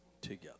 together